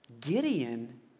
Gideon